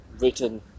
written